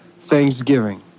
thanksgiving